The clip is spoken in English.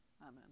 Amen